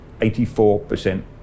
84%